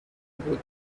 بود